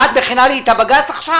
מה, את מכינה לי את הבג"ץ עכשיו?